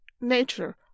nature